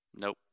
Nope